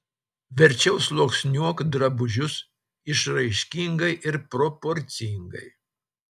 verčiau sluoksniuok drabužius išraiškingai ir proporcingai